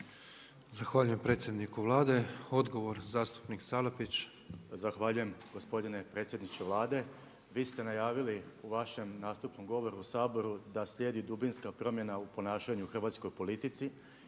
Zahvaljujem predsjedniku Vlade. Odgovor zastupnik Salapić. **Salapić, Josip (HDSSB)** Zahvaljujem. Gospodine predsjedniče Vlade, vi ste najavili u vašem nastupnom govoru u Saboru da slijedi dubinska promjena u ponašanju u hrvatskoj politici